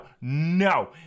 no